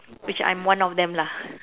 which I'm one of them lah